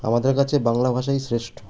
আমাদের কাছে বাংলা ভাষাই শ্রেষ্ঠ